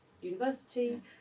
University